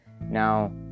now